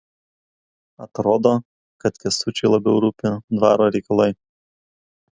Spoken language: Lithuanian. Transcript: atrodo kad kęstučiui labiau rūpi dvaro reikalai